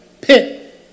pit